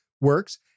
works